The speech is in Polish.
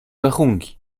rachunki